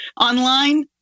online